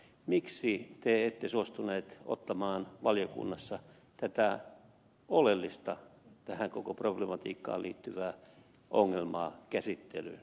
miksi te ette suostuneet ottamaan valiokunnassa tätä oleellista tähän koko problematiikkaan liittyvää ongelmaa käsittelyyn